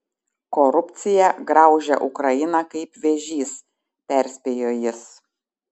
korupcija graužia ukrainą kaip vėžys perspėjo jis